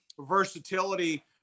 versatility